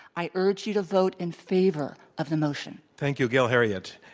i urge you to vote in favor of the motion. thank you, gail heriot.